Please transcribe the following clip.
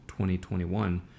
2021